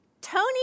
Tony